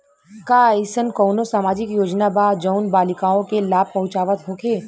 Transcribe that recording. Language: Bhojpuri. का एइसन कौनो सामाजिक योजना बा जउन बालिकाओं के लाभ पहुँचावत होखे?